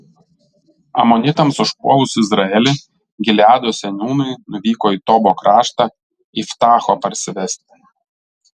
amonitams užpuolus izraelį gileado seniūnai nuvyko į tobo kraštą iftacho parsivesti